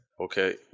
Okay